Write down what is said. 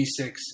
V6